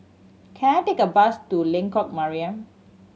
can I take a bus to Lengkok Mariam